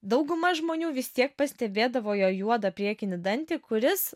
dauguma žmonių vis tiek pastebėdavo jo juodą priekinį dantį kuris